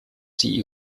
die